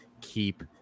keep